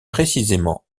précisément